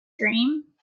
dream